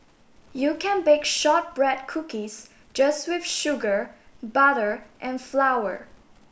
you can bake shortbread cookies just with sugar butter and flour